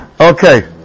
Okay